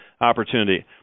opportunity